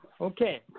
Okay